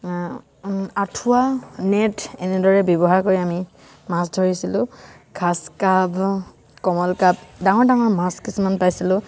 আঁঠুৱা নেট এনেদৰে ব্যৱহাৰ কৰি আমি মাছ ধৰিছিলোঁ গ্ৰাছ কাৰ্প কমন কাপ ডাঙৰ ডাঙৰ মাছ কিছুমান পাইছিলোঁ